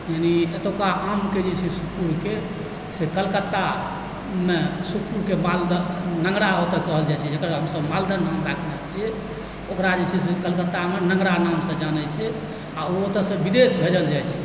यानि एतुका आमके जे छै से सुखपुके से कलकत्तामे सुखपुरके मालदह लँगड़ा ओतए कहल जाइ छै जकर हमसभ मालदह लँगड़ा कहै छिऐ ओकरा जे छै से कलकत्तामे लँगड़ा नामसँ जानय छै आ ओ ओतएसँ विदेश भेजल जाइ छै